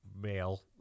male